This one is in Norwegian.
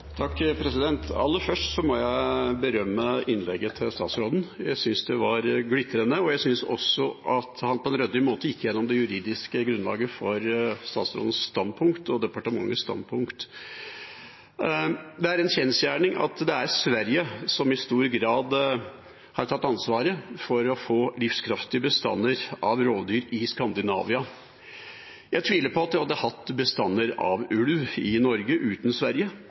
Aller først må jeg berømme statsrådens innlegg. Jeg synes det var glitrende. Jeg synes også at han på en ryddig måte gikk gjennom det juridiske grunnlaget for sitt og departementets standpunkt. Det er en kjensgjerning at det er Sverige som i stor grad har tatt ansvaret for å få livskraftige bestander av rovdyr i Skandinavia. Jeg tviler på at vi hadde hatt bestander av ulv i Norge uten Sverige.